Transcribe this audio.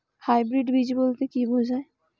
Hybrid বীজ বলতে কী বোঝায়?